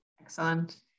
Excellent